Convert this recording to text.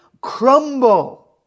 crumble